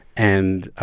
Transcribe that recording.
and.